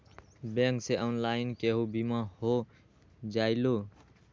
Bank से online केहु बिमा हो जाईलु?